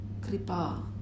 Kripa